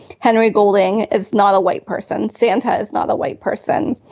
henry golding is not a white person santa is not a white person.